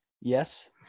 Yes